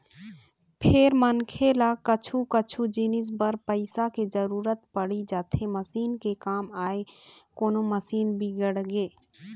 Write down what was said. फेर मनखे ल कछु कछु जिनिस बर पइसा के जरुरत पड़ी जाथे मसीन के काम आय कोनो मशीन बिगड़गे